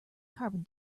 carbon